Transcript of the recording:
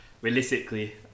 Realistically